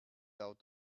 out